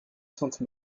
sainte